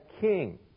king